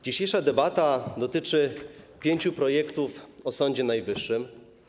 Dzisiejsza debata dotyczy pięciu projektów o Sądzie Najwyższym.